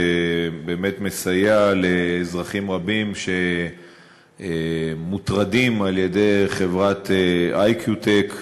ובאמת מסייע לאזרחים רבים שמוטרדים על-ידי חברת "אי.קיו.טק",